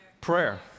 prayer